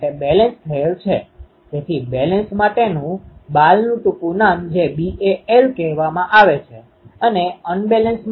તમે જોશો કે E ક્ષેત્રમાં અથવા થીટા પ્લેનplaneસમતલ અથવા થીટા દિશામાં આપણી પાસે દિશાકીય બીમ છે પરંતુ ફાઈϕ દિશામાં અથવા એઝીમ્યુથલ પ્લેનમાં આપણી પાસે બિન દિશાકીય પેટર્ન છે